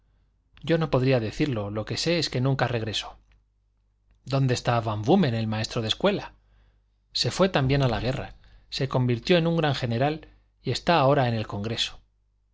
yo no podría decirlo lo que sé es que nunca regresó dónde está van búmmel el maestro de escuela se fué también a la guerra se convirtió en un gran general y está ahora en el congreso